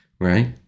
Right